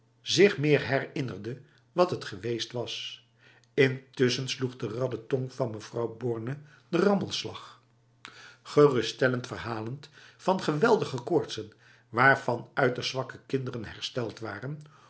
zich meer herinnerde wat het geweest was intussen sloeg de radde tong van mevrouw borne de rammelslag geruststellend verhalend van geweldiger koortsen waarvan uiterst zwakke kinderen hersteld waren